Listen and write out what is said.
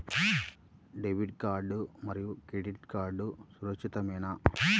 Debit card మరియు credit card సురక్షితమేనా?